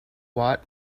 watt